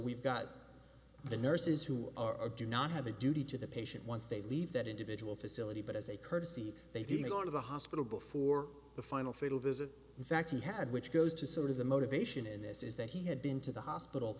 we've got the nurses who or do not have a duty to the patient once they leave that individual facility but as a courtesy they didn't go to the hospital before the final fatal visit in fact he had which goes to sort of the motivation in this is that he had been to the hospital